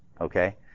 okay